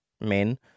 men